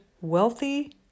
wealthy